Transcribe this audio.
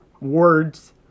words